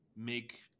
make